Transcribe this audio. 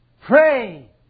Pray